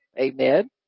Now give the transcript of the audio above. Amen